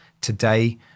Today